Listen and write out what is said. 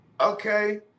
Okay